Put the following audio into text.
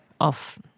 off